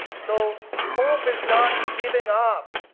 so hope is not giving up.